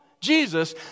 Jesus